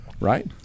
Right